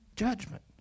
judgment